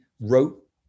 wrote